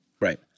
right